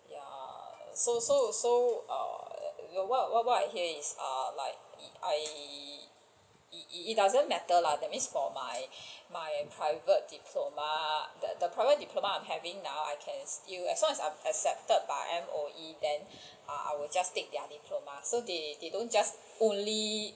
ya so so so err what what I hear is err like I it it doesn't matter lah that means for my my private diploma the the private diploma I am having now I can still as long as I am accepted by M_O_E then I will just take their diploma so they they don't just only